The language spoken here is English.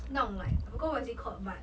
弄 like I forgot what is it called but